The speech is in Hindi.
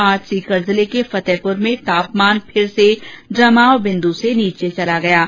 आज सीकर जिले के फतेहपुर में तापमान फिर से जमाव बिन्दु से नीचे चला गया है